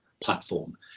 platform